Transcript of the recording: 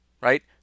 Right